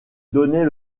donnait